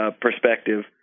perspective